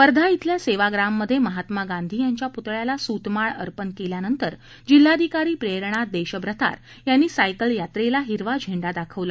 वर्धा छिल्या सेवाग्राममध्ये महात्मा गांधी यांच्या पुतळ्याला सूतमाळ अर्पण केल्यानंतर जिल्हाधिकारी प्रेरणा देशभ्रतार यांनी सायकल यात्रेला हिरवा झेंडा दाखवला